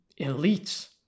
elites